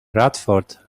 radford